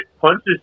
punches